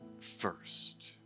first